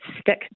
stick